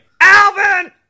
Alvin